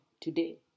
today